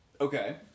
Okay